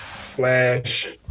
slash